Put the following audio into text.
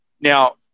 now